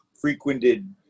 frequented